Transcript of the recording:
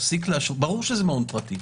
ברור שזה מעון פרטי.